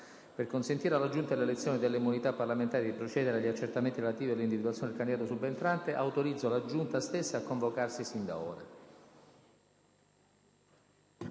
Per consentire alla Giunta delle elezioni e delle immunità parlamentari di procedere agli accertamenti relativi all'individuazione del candidato subentrante, autorizzo la Giunta stessa a convocarsi sin d'ora.